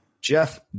Jeff